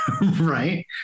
right